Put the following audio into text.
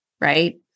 right